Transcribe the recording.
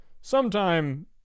sometime